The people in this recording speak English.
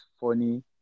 funny